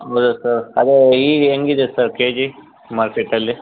ಹೌದ ಸರ್ ಅದೇ ಈಗ ಹೆಂಗೆ ಇದೆ ಸರ್ ಕೆ ಜಿ ಮಾರ್ಕೆಟಲ್ಲಿ